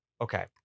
Okay